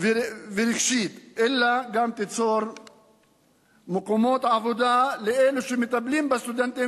ורגשית אלא גם תיצור מקומות עבודה לאלו שמטפלים בסטודנטים,